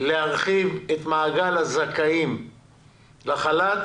להרחיב את מעגל הזכאים לחל"ת